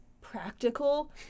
practical